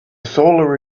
solar